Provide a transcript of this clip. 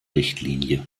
richtlinie